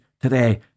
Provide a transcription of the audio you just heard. today